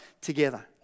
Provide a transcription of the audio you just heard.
together